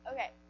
Okay